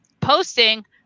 posting